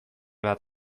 bat